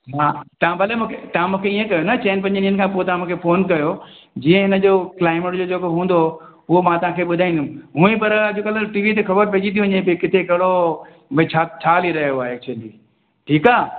हा तव्हां भले मूंखे तव्हां मूंखे हीअ कयो न चइनि पंजनि ॾींहंनि खां पोइ तव्हां मूंखे फोन कयो जीअं हिनजो क्लाइमेट जो जेको हूंदो उहो मां तव्हां खे ॿुधाईंदमि हुअईं पर अॼुकल्ह टीवीअ ते ख़बर पइजी थी वञे भई किथे कहिड़ो भई छा छा हली रहियो आहे एक्चुली ठीकु आहे